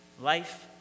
Life